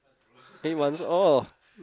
eight months oh